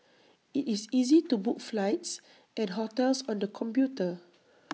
IT is easy to book flights and hotels on the computer